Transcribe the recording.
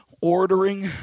ordering